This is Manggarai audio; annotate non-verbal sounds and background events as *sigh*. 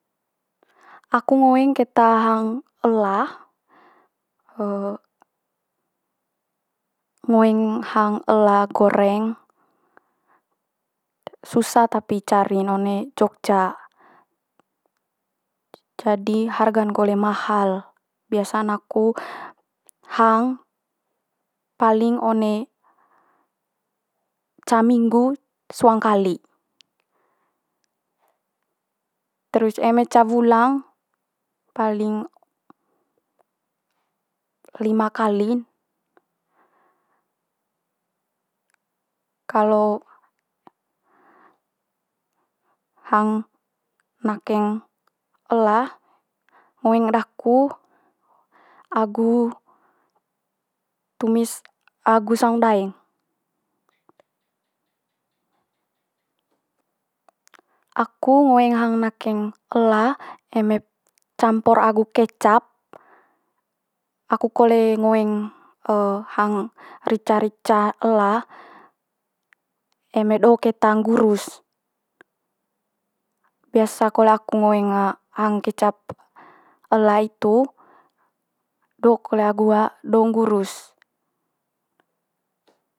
Aku ngoeng keta hang ela, *hesitation* ngoeng hang ela goreng, susa tapi cari'n one jogja, jadi harga'n kole mahal. Biasa'n aku hang paling one ca minggu suangkali.terus eme ca wulang paling lima kali'n. Kalo hang nakeng ela ngoeng daku agu tumis agu saung ndaeng. Aku ngoeng hang nakeng ela eme campur agu kecap, aku kole ngoeng *hesitation* hang rica rica ela eme do keta nggurus. Biasa kole aku ngoeng hang kecap ela hitu do kole agu do nggurus.